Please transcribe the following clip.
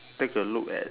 take a look at